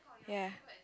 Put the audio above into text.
ya